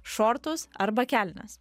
šortus arba kelnes